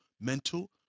mental